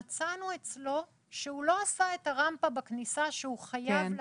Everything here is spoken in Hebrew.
ומצאנו אצלו שהוא לא עשה את הרמפה בכניסה שהוא חייב לעשות,